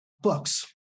books